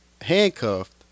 handcuffed